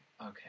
okay